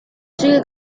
sigue